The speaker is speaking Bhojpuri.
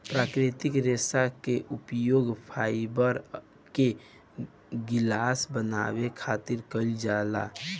प्राकृतिक रेशा के उपयोग फाइबर के गिलास बनावे खातिर कईल जाला